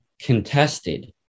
contested